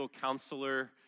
counselor